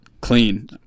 clean